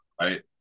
Right